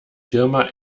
firma